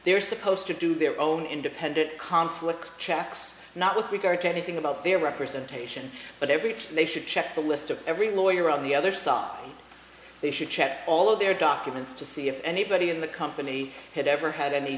they are supposed to do their own independent conflict chaps not with regard to anything about their representation but every person they should check the list of every lawyer on the other side they should check all of their documents to see if anybody in the company had ever had any